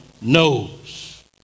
knows